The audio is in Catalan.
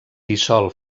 dissol